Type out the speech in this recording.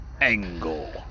Angle